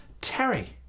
Terry